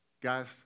Guys